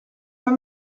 pas